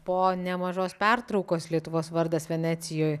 po nemažos pertraukos lietuvos vardas venecijoj